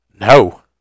No